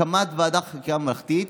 הקמת ועדת חקירה ממלכתית,